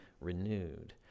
renewed